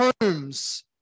homes